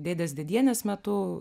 dėdės dėdienės metu